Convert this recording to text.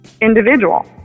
individual